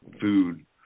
food